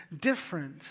different